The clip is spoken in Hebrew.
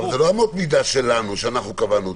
אבל אלה לא אמות מידה שלנו, שאנחנו קבענו אותם.